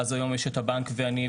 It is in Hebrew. אז היום יש את הבנק ואני,